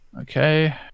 Okay